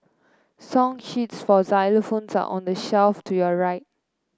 song sheets for xylophones are on the shelf to your right